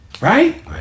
Right